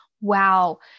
Wow